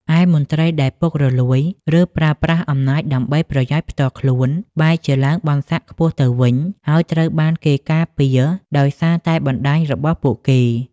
ឯមន្ត្រីដែលពុករលួយ ឬប្រើប្រាស់អំណាចដើម្បីប្រយោជន៍ផ្ទាល់ខ្លួន បែរជាឡើងបុណ្យស័ក្តិខ្ពស់ទៅវិញ ហើយត្រូវបានគេការពារដោយសារតែបណ្តាញរបស់ពួកគេ។